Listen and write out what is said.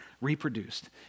reproduced